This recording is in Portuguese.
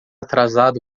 atrasado